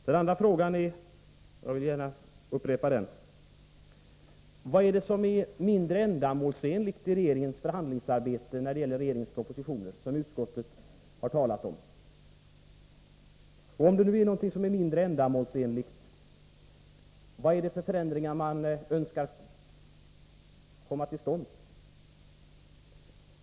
Den andra frågan som jag gärna vill upprepa är: Vad är det som är mindre ändamålsenligt i regeringens förhandlingsarbete när det gäller regeringens propositioner som utskottet har talat om? Om det nu är någonting som är mindre ändamålsenligt, vad är det för förändringar man önskar få till stånd?